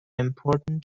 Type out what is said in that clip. important